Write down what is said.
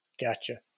Gotcha